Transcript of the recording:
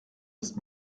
ist